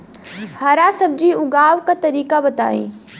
हरा सब्जी उगाव का तरीका बताई?